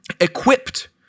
equipped